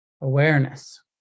awareness